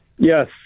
Yes